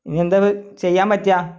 ഇനി എന്താ ചെയ്യാൻ പറ്റുക